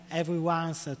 everyone's